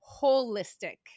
holistic